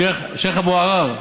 השייח' אבו עראר,